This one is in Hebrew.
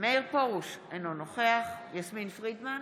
מאיר פרוש, אינו נוכח יסמין פרידמן,